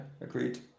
agreed